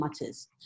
matters